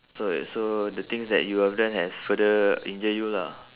so like so the things that you have done have further injured you lah